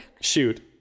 shoot